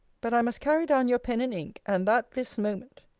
but i must carry down your pen and ink and that this moment.